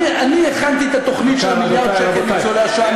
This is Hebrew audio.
אני הכנתי את התוכנית של מיליארד השקל לניצולי השואה.